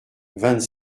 vingt